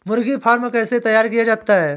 मुर्गी फार्म कैसे तैयार किया जाता है?